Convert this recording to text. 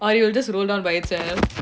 or they will just roll down by itself